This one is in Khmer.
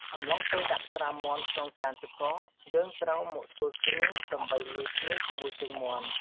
អំឡុងពេលដាក់ត្រាំមាន់ក្នុងចានទឹកកក យើងត្រូវមកធ្វើគ្រឿង ដើម្បីលាយគ្នាជាមួយជើងមាន់។